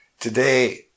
Today